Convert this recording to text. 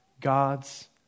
God's